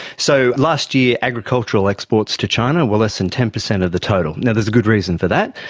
so last year agricultural exports to china were less than ten percent of the total. yeah there's a good reason for that.